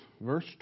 verse